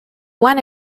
one